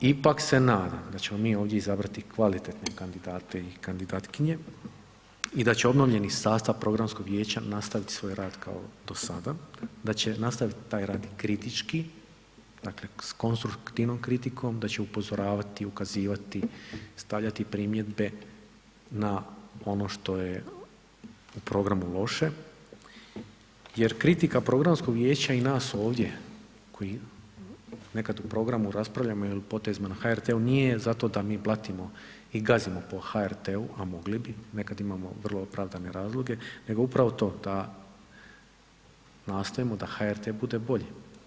Zaključno, ipak se nadam da ćemo mi ovdje izabrati kvalitetne kandidate i kandidatkinje i da će obnovljeni sastav Programskog vijeća nastaviti svoj rad kao i do sada, da će nastaviti svoj rad kritički, dakle s konstruktivnom kritikom, da će upozoravati, ukazivati, stavljati primjedbe na ono što je u programu loše jer kritika Programskog vijeća i nas ovdje koji nekad o programu raspravljamo jer potezima na HRT-u nije zato da mi platimo i gazimo po HRT-u, a mogli bi, nekad imamo vrlo opravdane razloge, nego upravo to, da nastojimo da HRT bude bolji.